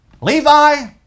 Levi